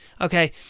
Okay